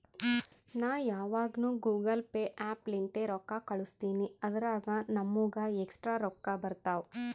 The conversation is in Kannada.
ನಾ ಯಾವಗ್ನು ಗೂಗಲ್ ಪೇ ಆ್ಯಪ್ ಲಿಂತೇ ರೊಕ್ಕಾ ಕಳುಸ್ತಿನಿ ಅದುರಾಗ್ ನಮ್ಮೂಗ ಎಕ್ಸ್ಟ್ರಾ ರೊಕ್ಕಾ ಬರ್ತಾವ್